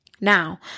Now